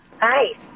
Hi